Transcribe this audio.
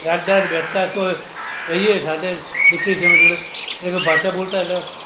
રાત દાડે બેસતા તોય રઈએ સાથે શીખી તમે જોડે એતો ભાષા બોલતા એટલે